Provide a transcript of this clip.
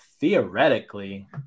theoretically